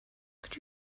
could